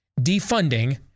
defunding